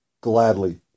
gladly